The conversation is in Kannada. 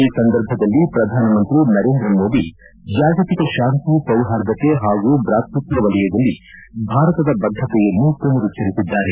ಈ ಸಂದರ್ಭದಲ್ಲಿ ಪ್ರಧಾನಮಂತ್ರಿ ನರೇಂದ್ರ ಮೋದಿ ಜಾಗತಿಕ ಶಾಂತಿ ಸೌರ್ಹಾದತೆ ಹಾಗೂ ಬ್ರಾಕೃತ್ವ ವಲಯದಲ್ಲಿ ಭಾರತದ ಬದ್ಧತೆಯನ್ನು ಪುನರುಚ್ಯರಿಸಿದ್ದಾರೆ